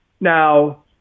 Now